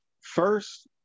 first